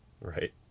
Right